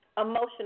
emotional